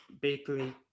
bakery